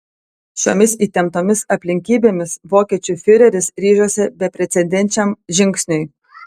šiomis įtemptomis aplinkybėmis vokiečių fiureris ryžosi beprecedenčiam žingsniui